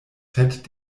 fett